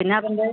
പിന്നെ അവൻ്റെ